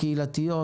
קהילתיות,